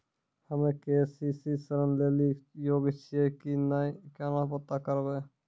हम्मे के.सी.सी ऋण लेली योग्य छियै की नैय केना पता करबै?